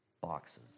boxes